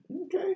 Okay